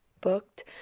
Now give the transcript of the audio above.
booked